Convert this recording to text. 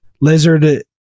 lizard